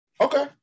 Okay